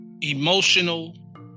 emotional